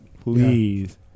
please